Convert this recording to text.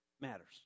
matters